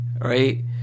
right